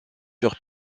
sur